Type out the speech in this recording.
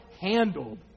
handled